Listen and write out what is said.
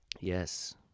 Yes